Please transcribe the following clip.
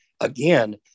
again